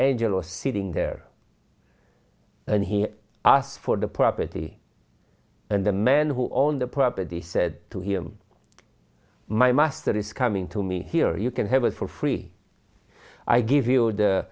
angela sitting there and he asked for the property and the man who owned the property said to him my master is coming to me here you can have as for free i give you the